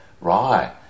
right